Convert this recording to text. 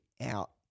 out